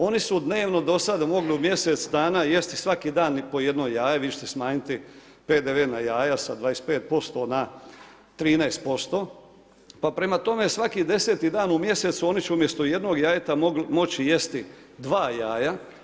Oni su dnevno do sada mogli u mjesec dana jesti svaki dan po jedno jaje, vi ćete smanjiti PDV na jaja, sa 25% na 13%, pa prema tome, svaki 10-ti dan u mjesecu oni će umjesto jednog jajeta moći jesti dva jaja.